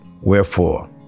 Wherefore